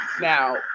Now